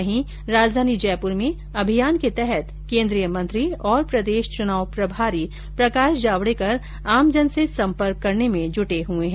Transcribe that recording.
वहीं राजधानी जयपुर में अभियान के तहत केन्द्रीय मंत्री और प्रदेश चुनाव प्रभारी प्रकाश जावडेकर आमजन से संपर्क करने में जुटे है